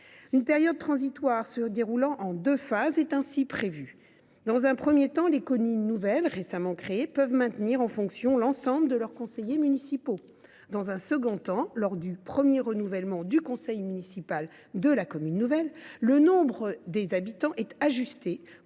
Une période transitoire se déroulant en deux phases est ainsi prévue. Dans un premier temps, les communes nouvelles récemment créées peuvent maintenir en fonction l’ensemble de leurs conseillers municipaux. Dans un second temps, lors du premier renouvellement du conseil municipal de la commune nouvelle, le nombre de membres est ajusté